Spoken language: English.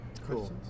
cool